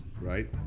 right